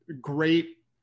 great